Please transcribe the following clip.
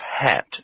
hat